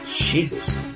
Jesus